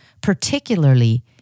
particularly